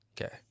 okay